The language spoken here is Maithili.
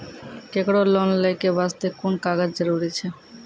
केकरो लोन लै के बास्ते कुन कागज जरूरी छै?